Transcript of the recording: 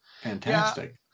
fantastic